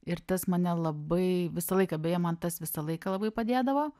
ir tas mane labai visą laiką beje man tas visą laiką labai padėdavo